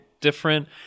different